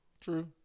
True